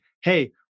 hey